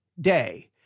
day